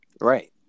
right